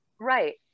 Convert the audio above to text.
Right